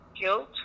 guilt